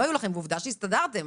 לא היו, ועובדה שהסתדרתם.